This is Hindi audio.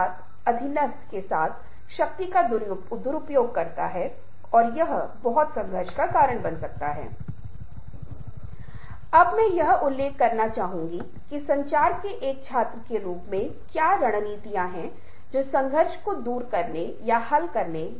गहन सोच एक ऐसी चीज है जो निश्चित रूप से रचनात्मक सोच से जुड़ी हुई है लेकिन यह समस्या को हल करने में निर्देशित है और आपके पास विशिष्ट तरीके हैं ऐसा करने के विशिष्ट तरीके हैं और मुझे यकीन है कि आपके साथ जो भी प्रोफेसर सूअर ने साझा किया था वह उस विशेष संदर्भ में प्रासंगिक था